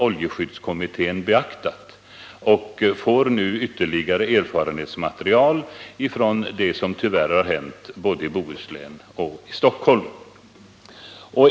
Oljeskyddskommittén får nu ytterligare erfarenhetsmaterial efter det som tyvärr har hänt både i Bohuslän och i Stockholm.